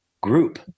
group